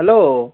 hello